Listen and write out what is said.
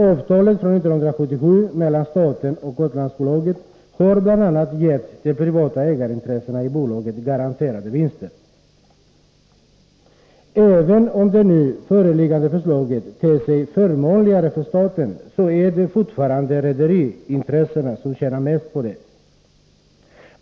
Avtalet från 1977 mellan staten och Gotlandsbolaget har bl.a. gett de privata ägarintressena i bolaget garanterade vinster. Även om det nu föreliggande förslaget ter sig förmånligare för staten, så är det fortfarande rederiintressena som tjänar mest på det.